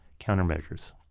countermeasures